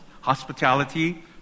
hospitality